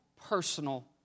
personal